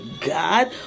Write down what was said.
God